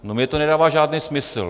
No mně to nedává žádný smysl.